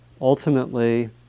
ultimately